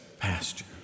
Pasture